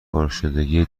پرشدگی